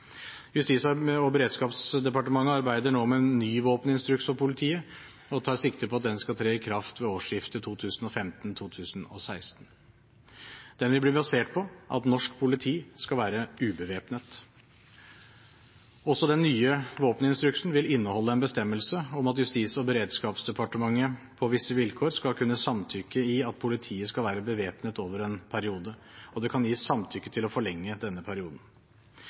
Justis- og beredskapsdepartementet arbeider nå med en ny våpeninstruks for politiet og tar sikte på at den skal tre i kraft ved årsskiftet 2015/2016. Den vil bli basert på at norsk politi skal være ubevæpnet. Også den nye våpeninstruksen vil inneholde en bestemmelse om at Justis- og beredskapsdepartementet på visse vilkår skal kunne samtykke i at politiet skal være bevæpnet over en periode, og det kan gis samtykke til å forlenge denne perioden.